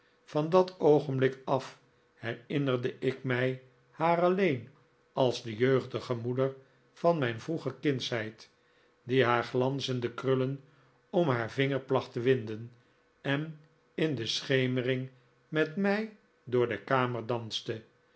van dat oogenblik af herinnerde ik mij haar alleen als de jeugdige moeder van mijn vroege kindsheid die haar glanzende krullen om haar vinger placht te winden en in de schemering met mij door de kamer danste